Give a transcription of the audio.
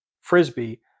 Frisbee